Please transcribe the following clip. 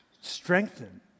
Strengthen